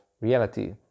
reality